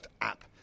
app